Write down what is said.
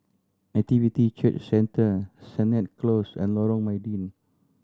Nativity Church Centre Sennett Close and Lorong Mydin